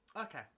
Okay